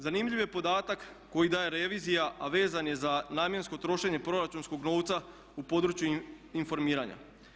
Zanimljiv je podatak koji daje revizija, a vezan je za namjensko trošenje proračunskog novca u području informiranja.